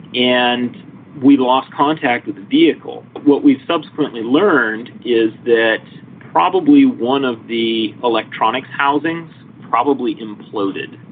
and we lost contact with the vehicle. what we've subsequently learned is that probably one of the electronics housings probably imploded.